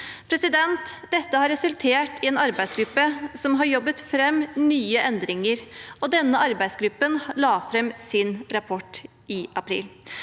grunnskoler) 3899 tert i en arbeidsgruppe som har jobbet fram nye endringer, og denne arbeidsgruppen la fram sin rapport i april.